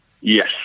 yes